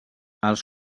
els